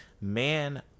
man